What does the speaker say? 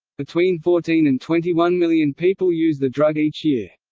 between fourteen and twenty one million people use the drug each year.